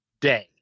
day